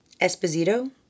Esposito